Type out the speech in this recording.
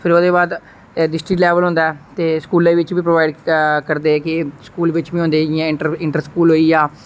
फिर ओहदे बाद डिस्ट्रिक्ट लेबल होंदा ऐ ते स्कूलें बिच बी प्रोबाइड करदे कि स्कूल बिच बी होंदे जियां इंटर स्कूल होई गेआ